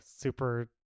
Super